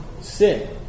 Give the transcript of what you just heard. sit